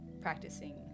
practicing